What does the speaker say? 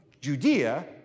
Judea